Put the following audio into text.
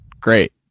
great